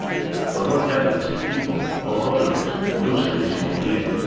but what happens if people, or autoreivs, lose their reason of being?